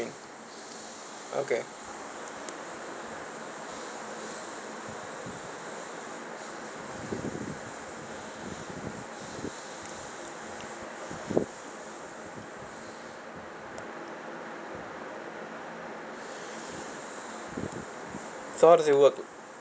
okay so how does it work